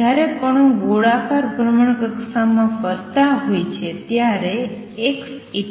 જ્યાંરે કણો ગોળાકાર ભ્રમણકક્ષામાં ફરતા હોય છે ત્યારે x